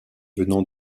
venant